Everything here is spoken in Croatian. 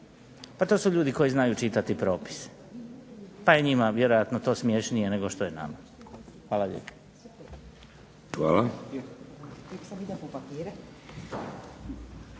pa to su ljudi koji znaju čitati propise, pa je njima vjerojatno to smješnije nego što je nama. Hvala lijepo.